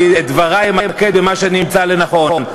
את דברי אמקד במה שאני אמצא לנכון.